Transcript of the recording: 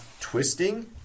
twisting